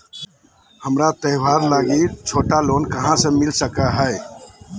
हमरा त्योहार लागि छोटा लोन कहाँ से मिल सको हइ?